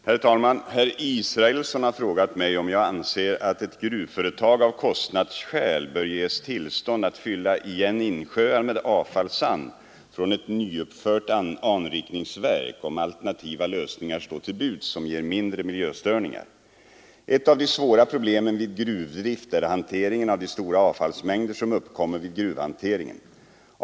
Herr talman! Herr Israelsson har frågat mig om jag anser att ett gruvföretag av kostnadsskäl bör ges tillstånd att fylla igen insjöar med avfallssand från ett nyuppfört anrikningsverk, om alternativa lösningar står till buds som ger mindre miljöstörningar. Ett av de svåra problemen vid gruvdrift är hanteringen av de stora avfallsmängder som uppkommer vid gruvhanteringen.